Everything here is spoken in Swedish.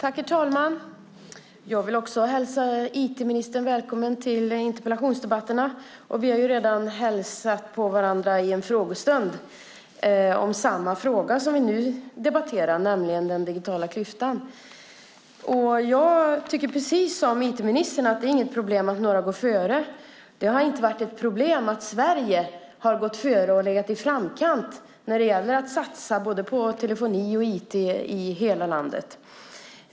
Herr talman! Jag vill också hälsa IT-ministern välkommen till interpellationsdebatterna. Vi har redan hälsat på varandra i en frågestund om samma fråga som vi nu debatterar, nämligen den digitala klyftan. Jag tycker precis som IT-ministern att det inte är något problem att några går före. Det har inte varit ett problem att Sverige har gått före och legat i framkant när det gäller att satsa på både telefoni och IT i hela landet.